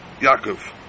Yaakov